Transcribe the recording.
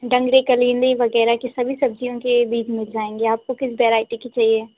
डंडे कलीली वगैरह की सभी सब्ज़ियों के बीज मिल जाएँगे आपको किस बेराइटी की चाहिए